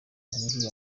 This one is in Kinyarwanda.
yambwiye